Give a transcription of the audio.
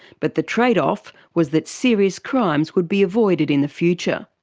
but the trade-off was that serious crimes would be avoided in the future.